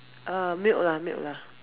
err milk lah milk lah